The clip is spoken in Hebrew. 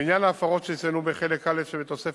לעניין ההפרות שצוינו בחלק א' שבתוספת,